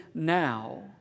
Now